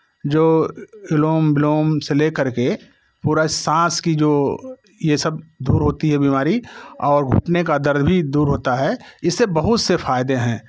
जो अनुलोम विलोम से लेकर के पूरा सांस की जो ये सब दूर होती है बीमारी और घुटने का दर्द भी दूर होता है इससे बहुत से फायदे हैं